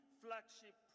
flagship